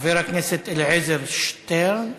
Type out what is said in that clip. חבר הכנסת אלעזר שטרן.